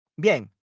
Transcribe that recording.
Bien